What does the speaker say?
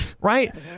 right